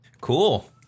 Cool